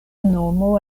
nomo